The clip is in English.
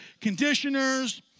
conditioners